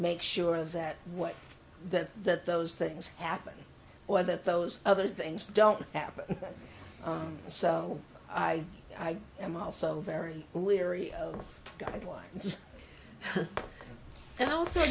make sure that what that that those things happen or that those other things don't happen so i am also very leery of guidelines and also